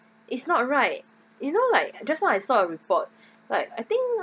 it's not right you know like just now I saw a report like I think